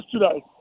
yesterday